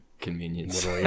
convenience